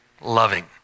loving